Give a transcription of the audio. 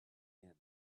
inn